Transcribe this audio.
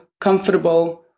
comfortable